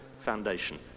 foundation